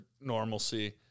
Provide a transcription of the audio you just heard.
normalcy